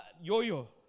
Yo-Yo